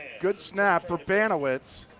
good snap for banawitz.